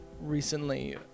recently